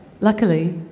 Luckily